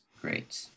great